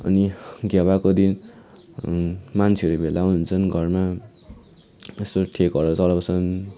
अनि घेवाको दिन मान्छेहरू भेला हुन्छन् घरमा एसो ठेकुवाहरू चढाउँछन